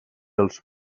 els